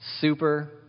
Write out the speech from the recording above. Super